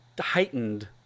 heightened